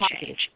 change